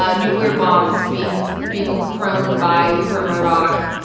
ah nuclear bombs being being thrown by rupert murdoch,